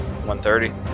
130